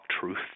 truth